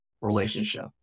relationship